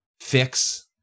fix